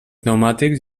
pneumàtics